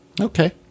Okay